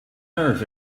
nerves